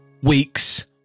week's